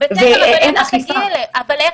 ואין אכיפה.